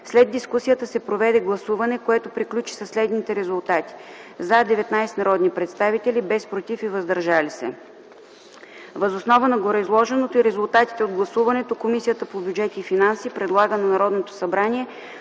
След дискусията се проведе гласуване, което приключи със следните резултати: „за” – 19 народни представители, без „против” и „въздържали се”. Въз основа на гореизложеното и резултатите от гласуването, Комисията по бюджет и финанси предлага на Народното събрание